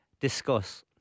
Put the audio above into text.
Discuss